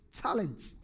challenge